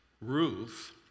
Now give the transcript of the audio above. Ruth